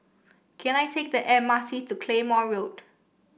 can I take the M R T to Claymore Road